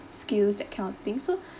skills that kind of thing so